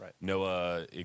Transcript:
Noah